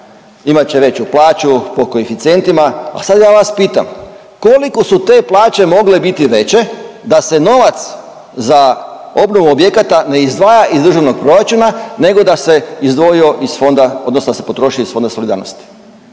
imat će veću plaću po koeficijentima, a sad ja vas pitam koliko su te plaće mogle biti veće da se novac za obnovu objekata ne izdvaja iz Državnog proračuna nego da se izdvojio iz fonda odnosno